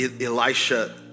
Elisha